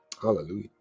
Hallelujah